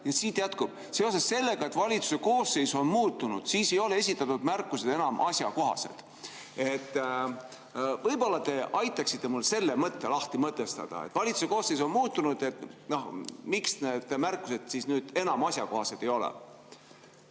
nii, et seoses sellega, et valitsuse koosseis on muutunud, ei ole esitatud märkused enam asjakohased. Võib-olla te aitate mul selle mõtte lahti mõtestada? Valitsuse koosseis on muutunud. Miks need märkused siis nüüd enam asjakohased ei ole?